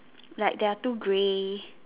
like there are two grey